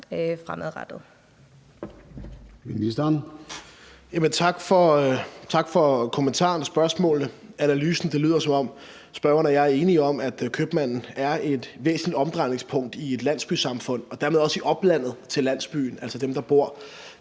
som om spørgeren og jeg er enige om analysen af, at købmanden er et væsentligt omdrejningspunkt i et landsbysamfund og dermed også i oplandet til landsbyen, altså for dem, der bor